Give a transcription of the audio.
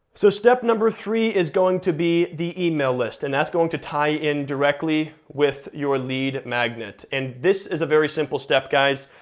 so step number three is going to be the email list, and that's going to tie in directly with your lead magnet. and this is a very simple step, guys.